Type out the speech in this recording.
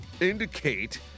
indicate